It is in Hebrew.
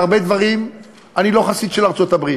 בהרבה דברים אני לא חסיד של ארצות-הברית,